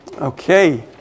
Okay